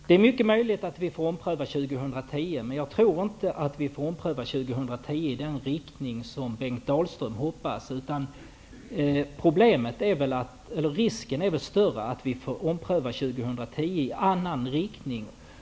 Det är mycket möjligt att vi får ompröva 2010, men jag tror inte att det kommer att ske i den riktning som Bengt Dalström hoppas. Förmodligen får vi göra omprövningen i en annan riktning.